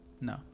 No